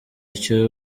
icyo